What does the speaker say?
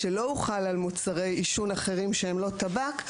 שלא הוחל על מוצרי עישון אחרים שהם לא טבק,